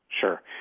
Sure